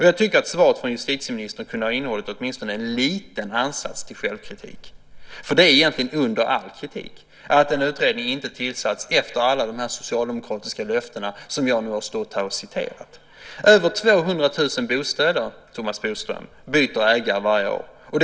Jag tycker att svaret från justitieministern kunde ha innehållit åtminstone en liten ansats till självkritik. Det är egentligen under all kritik att en utredning inte tillsatts efter alla dessa socialdemokratiska löften som jag har citerat här. Över 200 000 bostäder byter ägare varje år, Thomas Bodström.